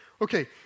Okay